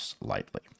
Lightly